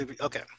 okay